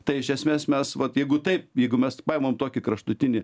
tai iš esmės mes vat jeigu taip jeigu mes paimam tokį kraštutinį